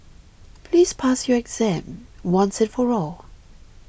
please pass your exam once and for all